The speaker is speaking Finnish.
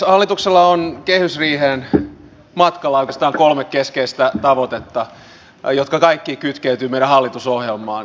hallituksella on kehysriiheen matkalla oikeastaan kolme keskeistä tavoitetta jotka kaikki kytkeytyvät meidän hallitusohjelmaamme